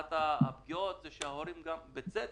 אחת הפגיעות היא שההורים, בצדק,